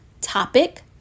Topic